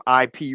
IP